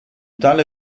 tale